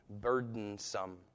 burdensome